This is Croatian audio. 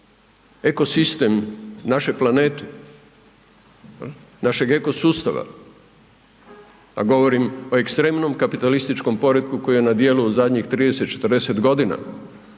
eko sistem naše planete, našeg eko sustava, a govorim o ekstremnom kapitalističkom poretku koji je na djelu zadnjih 30, 40 godina